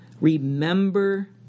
Remember